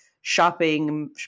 shopping